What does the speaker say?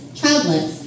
childless